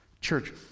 Church